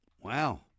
wow